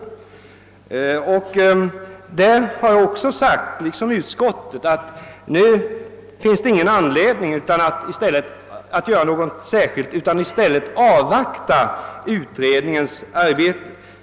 Jag har, i likhet med utskottsmajoriteten, anfört att det nu inte finns någon anledning att vidtaga några särskilda åtgärder, utan att man i stället bör avvakta resultatet av utredningens arbete.